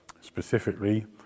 Specifically